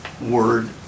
word